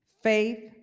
faith